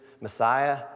Messiah